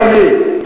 אדוני,